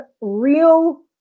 real